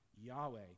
Yahweh